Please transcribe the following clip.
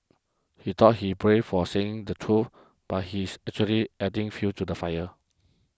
he thought he's brave for saying the truth but he's actually adding fuel to the fire